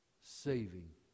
Saving